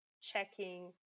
checking